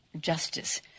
justice